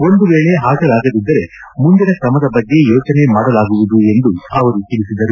ಒಂದು ವೇಳೆ ಹಾಜರಾಗದಿದ್ದರೆ ಮುಂದಿನ ಕ್ರಮದ ಬಗ್ಗೆ ಯೋಚನೆ ಮಾಡಲಾಗುವುದು ಎಂದು ತಿಳಿಸಿದರು